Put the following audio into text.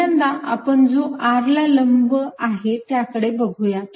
पहिल्यांदा आपण जो r ला लंब त्याकडे बघूयात